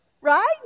Right